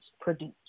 produce